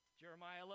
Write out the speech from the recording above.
jeremiah